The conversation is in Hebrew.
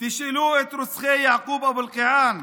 תשאלו את רוצחי יעקוב אבו אלקיעאן,